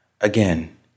Again